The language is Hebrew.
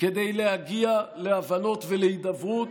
כדי להגיע להבנות ולהידברות,